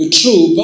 true